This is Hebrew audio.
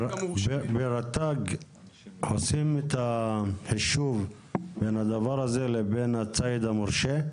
רט"ג עושים את החישוב בין הדבר הזה לבין הציד המורשה?